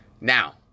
Now